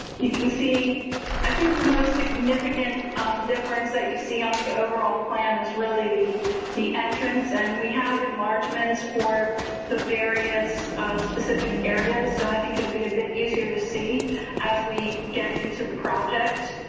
you can see i think the most significant difference that you see on the overall plan is really the the entrance and we have enlargements for the various specific areas. so i think it will be a bit easier to see as we get into the project.